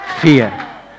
fear